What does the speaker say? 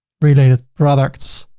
related products.